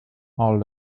are